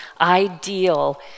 ideal